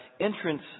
entrance